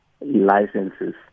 licenses